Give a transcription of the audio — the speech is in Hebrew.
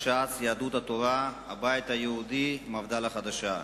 התורה, הבית היהודי, מפד"ל החדשה: